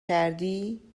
کردی